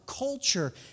Culture